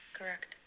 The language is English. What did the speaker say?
correct